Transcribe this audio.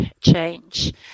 change